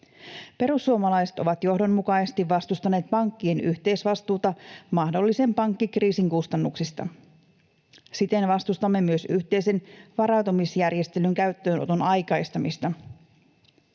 Perussuomalaiset ovat johdonmukaisesti vastustaneet pankkien yhteisvastuuta mahdollisen pankkikriisin kustannuksista. Siten vastustamme myös yhteisen varautumisjärjestelyn käyttöönoton aikaistamista.